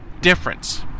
difference